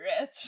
rich